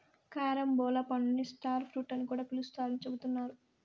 carambola పండుని star fruit అని కూడా పిలుత్తారని చెబుతున్నారు